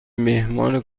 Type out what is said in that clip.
مهمان